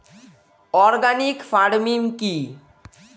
Organic farming কি?